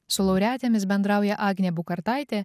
su laureatėmis bendrauja agnė bukartaitė